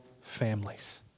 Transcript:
families